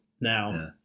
now